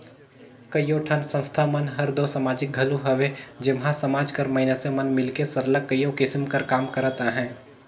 कइयो ठन संस्था मन हर दो समाजिक घलो हवे जेम्हां समाज कर मइनसे मन मिलके सरलग कइयो किसिम कर काम करत अहें